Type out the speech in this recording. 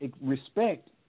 respect